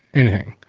anything.